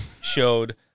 showed